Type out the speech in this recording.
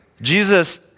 Jesus